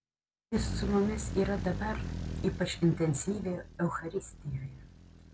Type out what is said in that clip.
jis su mumis yra dabar ypač intensyviai eucharistijoje